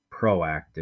proactive